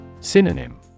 Synonym